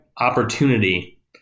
opportunity